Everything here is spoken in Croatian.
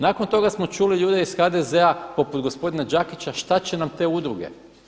Nakon toga smo čuli ljude iz HDZ-a poput gospodina Đakića šta će nam te udruge.